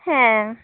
ᱦᱮᱸ